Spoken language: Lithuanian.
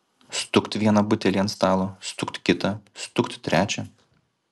stukt vieną butelį ant stalo stukt kitą stukt trečią